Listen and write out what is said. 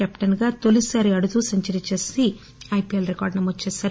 captain గా తొలిసారి ఆడుతూ సెంచరీ చేసి ఐపిఎల్ రికార్డు నమోదు చేశారు